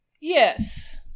Yes